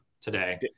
today